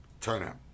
turnout